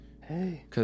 Hey